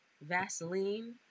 Vaseline